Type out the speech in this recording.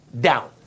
down